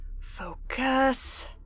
Focus